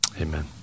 Amen